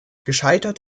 gescheitert